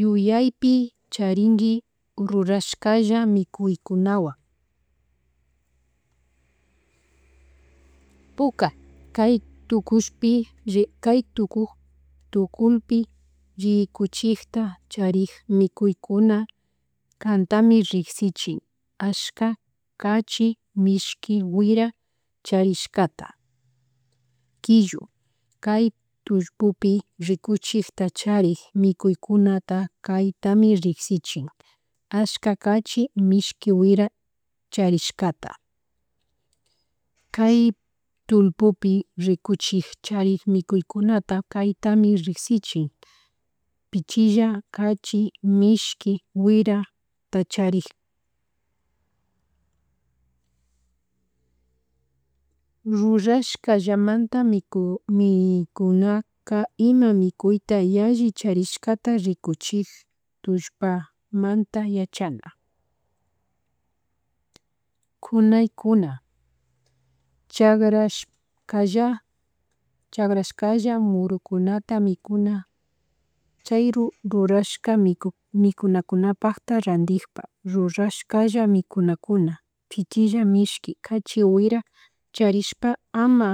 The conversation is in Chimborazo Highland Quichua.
Yuyaypi charinki rrurashkalla mikuykunawan, puka kay tukushpi, kay tukuk tukupi rickuchichta charik mikuykuna kantami riksichin ashka cachi mishki wira charishkata killu kay tullpupi rikuchikta charik mikuykunata kaytami riksichin ashtka kachi mishki wira, charishkata, kay tullpupi rikuchik charik mikuyunata kaytami riksichin pichilla kachi mishki wirata charik rurashkallamantami miku mikunka imami kuyta yalli charishkata rikuchik tullpamanta yachanka, kunaykuna chagrashkalla chakrashkalla murukunata mikuna chay rurashka miku mikunapakta randikpak rrurashkalla mikunakunakuna pichilla mishkiki kachi wira charikpa ama